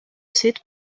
світ